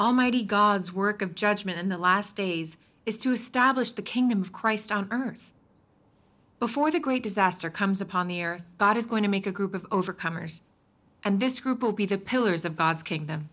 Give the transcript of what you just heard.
almighty god's work of judgment and the last days is to stablish the kingdom of christ on earth before the great disaster comes upon the earth god is going to make a group of overcomers and this group will be the pillars of god's kingdom the